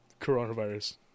coronavirus